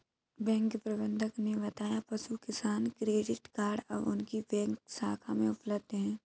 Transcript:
bank प्रबंधक ने बताया पशु किसान क्रेडिट कार्ड अब उनकी बैंक शाखा में उपलब्ध है